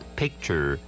picture